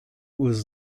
was